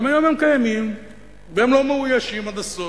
גם היום הם קיימים והם לא מאוישים עד הסוף,